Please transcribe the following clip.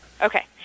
okay